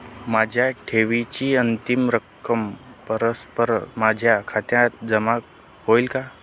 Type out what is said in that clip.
माझ्या ठेवीची अंतिम रक्कम परस्पर माझ्या खात्यात जमा होईल का?